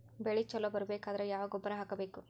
ಬೆಳಿ ಛಲೋ ಬರಬೇಕಾದರ ಯಾವ ಗೊಬ್ಬರ ಹಾಕಬೇಕು?